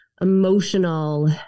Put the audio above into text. emotional